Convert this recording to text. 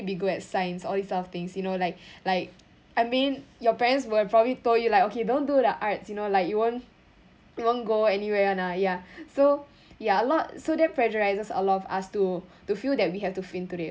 to be good at science all these sort of things you now like like I mean your parents will probably told you like okay don't do the arts you know like you won't you won't go anywhere [one] ah ya so ya a lot so that pressurises a lot of us to to feel that we have to fit into that